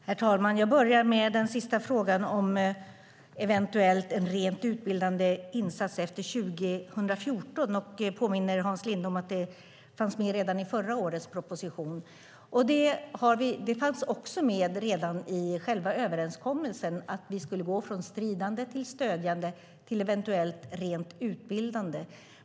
Herr talman! Jag börjar med frågan om eventuellt en rent utbildande insats efter 2014 och påminner Hans Linde om att det fanns med redan i förra årets proposition. Det fanns med i själva överenskommelsen att vi skulle gå från stridande till stödjande och till eventuellt rent utbildande insats.